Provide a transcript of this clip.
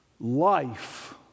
Life